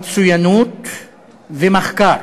מצוינות ומחקר,